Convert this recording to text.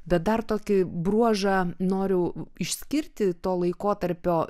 bet dar tokį bruožą noriu išskirti to laikotarpio